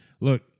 look